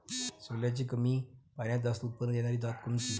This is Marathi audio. सोल्याची कमी पान्यात जास्त उत्पन्न देनारी जात कोनची?